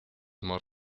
más